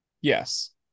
Yes